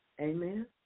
Amen